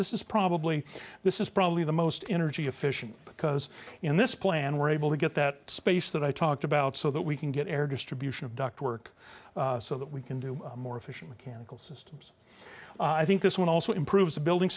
this is probably this is probably the most energy efficient because in this plan we're able to get that space that i talked about so that we can get air distribution of ductwork so that we can do more efficient mechanical system i think this one also improves building